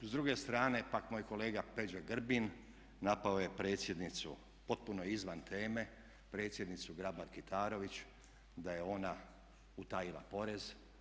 S druge strane pak moj kolega Peđa Grbin napao je predsjednicu potpuno izvan teme, predsjednicu Grabar-Kitarović da je ona utajila porez.